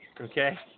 okay